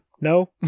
No